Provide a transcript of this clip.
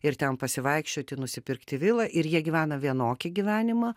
ir ten pasivaikščioti nusipirkti vilą ir jie gyvena vienokį gyvenimą